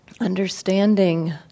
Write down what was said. Understanding